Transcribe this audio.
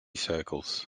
circles